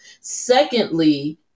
Secondly